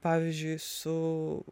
pavyzdžiui su